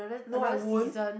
no I won't